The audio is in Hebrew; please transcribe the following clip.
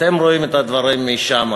אתם רואים את הדברים משם,